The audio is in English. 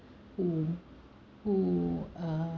who who uh